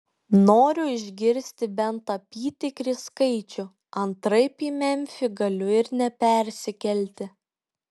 noriu išgirsti bent apytikrį skaičių antraip į memfį galiu ir nepersikelti